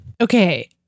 Okay